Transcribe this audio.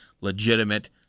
legitimate